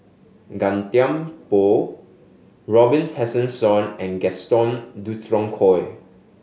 Gan Thiam Poh Robin Tessensohn and Gaston Dutronquoy